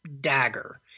dagger